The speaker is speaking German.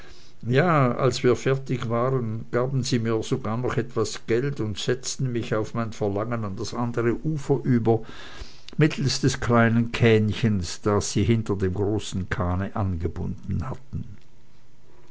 ja als wir fertig waren gaben sie mir sogar noch etwas geld und setzten mich auf mein verlangen an das andere ufer über mittelst des kleinen kähnchens das sie hinter dem großen kahne angebunden hatten